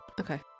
Okay